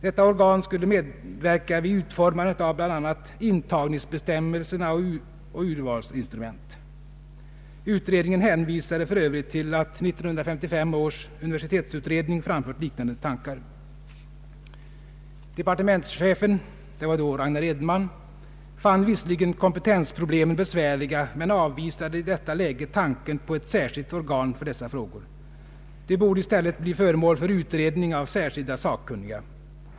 Detta organ skulle medverka vid utformandet av bl.a. intagningsbestämmelser och urvalsinstrument. Utredningen hänvisade för övrigt till att 1955 års universitetsutredning framfört liknande tankar. Departementschefen — det var då Ragnar Edenman — fann visserligen kompetensproblemen besvärliga men avvisade i detta läge tanken på ett särskilt organ för dessa frågor. De borde i stället bli föremål för utredning av särskilda sakkunniga.